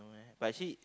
but he